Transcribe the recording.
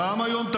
גם היום,